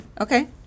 Okay